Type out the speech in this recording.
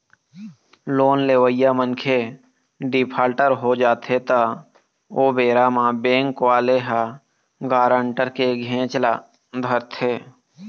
loan लेवइया मनखे defaulter हो जाथे त ओ बेरा म बेंक वाले ह गारंटर के घेंच ल धरथे